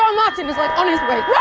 um martin is like, on his way.